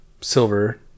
silver